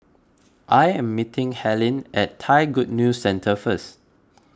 I am meeting Helyn at Thai Good News Centre first